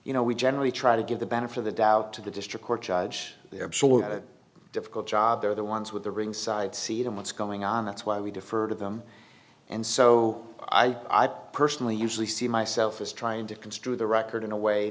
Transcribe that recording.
you know we generally try to give the benefit of the doubt to the district court judge the absolute difficult job they're the ones with a ringside seat on what's going on that's why we defer to them and so i personally usually see myself as trying to construe the record in a way